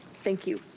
thank you.